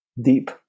deep